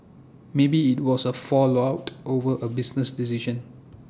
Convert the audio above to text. maybe IT was A fallout over A business decision